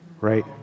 right